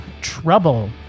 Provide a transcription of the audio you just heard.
trouble